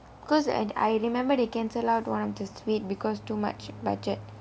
because and I remember they cancel out one of the sweet because too much budget